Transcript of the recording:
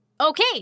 Okay